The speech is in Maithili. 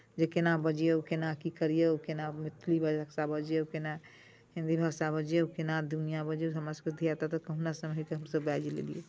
जे केना बजियौ केना की करियौ केना मैथिली भाषा बजियौ केना हिंदी भाषा बजियौ केना दुनिआँ बजियौ से हमरासभके धिया पूता कहुना समहारि कऽ हमसभ बाजि लेलियै